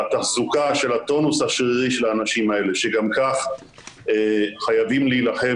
על התחזוקה של הטונוס השרירי של האנשים האלה שגם כך חייבים להילחם